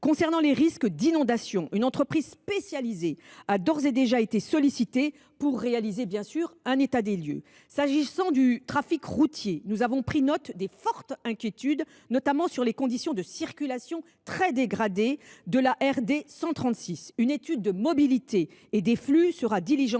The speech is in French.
Concernant les risques d’inondation, une entreprise spécialisée a d’ores et déjà été sollicitée pour réaliser un état des lieux. J’en viens au trafic routier. Le Gouvernement a pris note des fortes inquiétudes, notamment sur les conditions de circulation très dégradées de la route départementale 136. Une étude de mobilité et des flux sera diligentée.